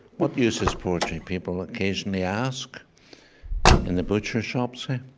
what use is poetry? people occasionally ask in the butcher shop, say.